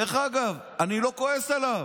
דרך אגב, אני לא כועס עליו.